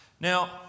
Now